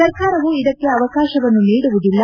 ಸರ್ಕಾರವು ಇದಕ್ಕೆ ಅವಕಾಶವನ್ನು ನೀಡುವುದಿಲ್ಲ